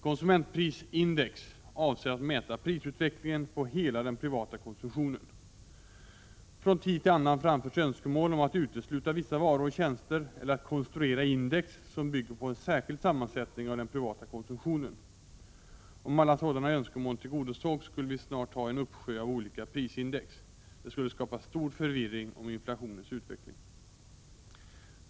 Konsumentprisindex avser att mäta prisutvecklingen på hela den privata konsumtionen. Från tid till annan framförs önskemål om att utesluta vissa varor och tjänster eller att konstruera index, som bygger på en särskild 4” sammansättning av den privata konsumtionen. Om alla sådana önskemål tillgodosågs skulle vi snart ha en uppsjö av olika prisindex. Det skulle skapa stor förvirring om inflationens utveckling.